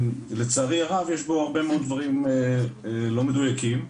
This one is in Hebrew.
ולצערי הרב יש בו הרבה מאוד דברים לא מדויקים.